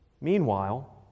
Meanwhile